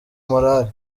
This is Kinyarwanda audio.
morale